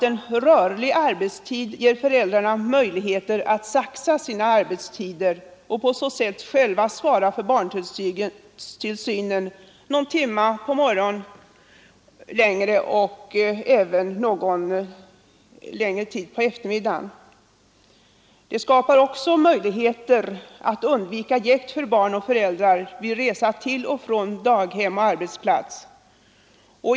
En rörlig arbetstid ger föräldrarna möjligheter att saxa sina arbetstider och på så sätt själva svara för barntillsynen någon timme längre på morgonen och på eftermiddagen. Det skapar också möjligheter att undvika jäkt för barn och föräldrar vid resa till och från daghem och arbetsplats.